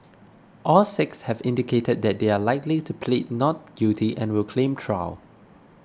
all six have indicated that they are likely to plead not guilty and will claim trial